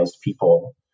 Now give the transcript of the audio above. people